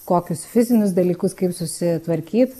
kokius fizinius dalykus kaip susitvarkyt